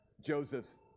Joseph's